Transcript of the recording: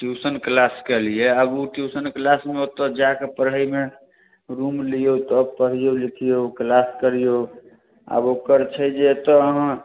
tuition किलासकेलिए आब ओ ट्यूशन किलासमे ओतऽ जाकऽ पढ़ैमे रूम लिऔ तब पढ़िऔ लिखिऔ किलास करिऔ आब ओकर छै जे एतऽ अहाँ